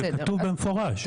זה כתוב במפורש,